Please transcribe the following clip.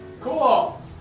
Cool